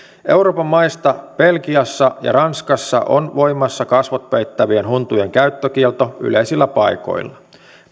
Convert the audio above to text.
euroopan maista belgiassa ja ranskassa on voimassa kasvot peittävien huntujen käyttökielto yleisillä paikoilla